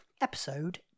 episode